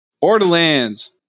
Borderlands